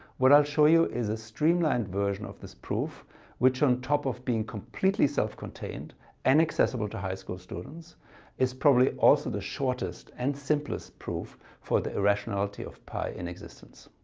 what i'll show you is a streamlined version of this proof which on top of being completely self-contained and accessible to high school students is probably also the shortest and simplest proof for the irrationality of pi in existence.